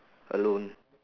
alone